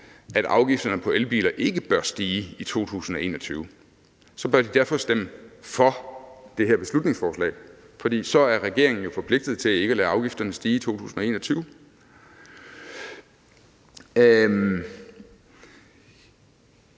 at afgifterne på elbiler ikke bør stige i 2021, så bør de stemme for det her beslutningsforslag. For så er regeringen jo forpligtet til ikke at lade afgifterne stige i 2021. Lad